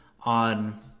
on